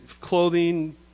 clothing